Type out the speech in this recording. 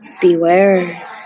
beware